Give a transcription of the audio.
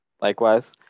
likewise